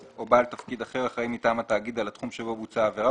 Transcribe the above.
או בעל תפקיד אחר האחראי מטעם התאגיד על התחום שבו בוצעה העבירה,